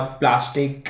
plastic